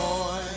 Boy